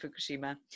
Fukushima